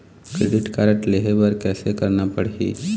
Credit card लेहे बर कैसे करना पड़ही?